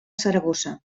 saragossa